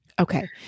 Okay